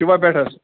شوا پٮ۪ٹھ حظ